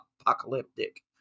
apocalyptic